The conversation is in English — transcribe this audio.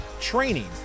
training